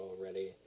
already